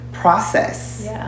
process